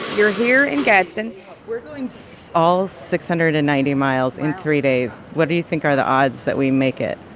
you're here in gadsden we're doing all six hundred and ninety miles in three days. what do you think are the odds that we make it?